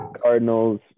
Cardinals